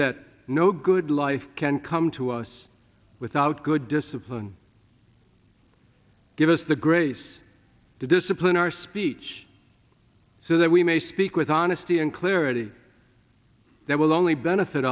that no good life can come to us without good discipline give us the grace to discipline our speech so that we may speak with honesty and clearly that will only benefit